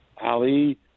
Ali